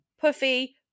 puffy